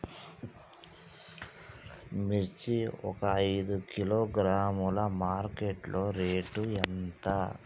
మిర్చి ఒక ఐదు కిలోగ్రాముల మార్కెట్ లో రేటు ఎంత?